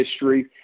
history